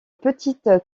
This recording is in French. petite